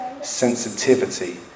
sensitivity